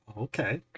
Okay